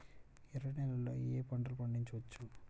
ఎర్ర నేలలలో ఏయే పంటలు పండించవచ్చు?